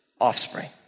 offspring